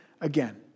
again